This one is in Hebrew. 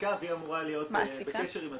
מעסיקה והיא אמורה להיות בקשר עם הזוכים.